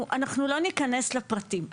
אנחנו לא ניכנס לפרטים,